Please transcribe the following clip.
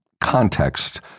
context